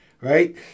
right